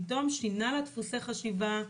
פתאום שינה לה דפוסי חשיבה,